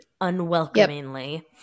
unwelcomingly